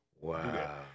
Wow